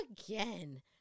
again